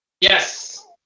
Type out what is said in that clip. Yes